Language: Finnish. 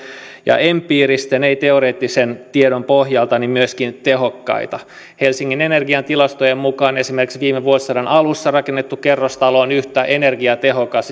ja empiirisen ei teoreettisen tiedon pohjalta myöskin tehokkaita helsingin energian tilastojen mukaan esimerkiksi viime vuosisadan alussa rakennettu kerrostalo on yhtä energiatehokas